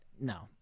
no